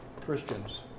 Christians